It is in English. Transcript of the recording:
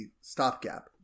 stopgap